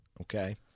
okay